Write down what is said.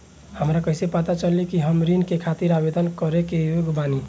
हमरा कइसे पता चली कि हम ऋण के खातिर आवेदन करे के योग्य बानी?